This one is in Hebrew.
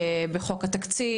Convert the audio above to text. בחוק התקציב,